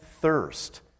thirst